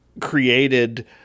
created